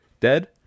dead